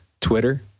Twitter